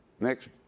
next